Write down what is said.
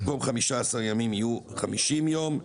במקום 15 ימים יהיו 50 יום,